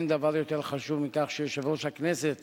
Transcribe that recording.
אין דבר יותר חשוב מכך שיושב-ראש הכנסת